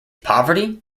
poverty